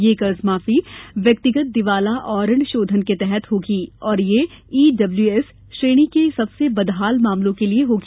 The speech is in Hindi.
यह कर्जमाफी व्यक्तिगत दिवाला एवं ऋणशोधन के तहत होगी और यह ईब्ल्यूएस श्रेणी के सबसे बदहाल मामलों के लिए होगी